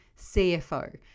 CFO